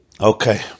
Okay